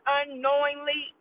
unknowingly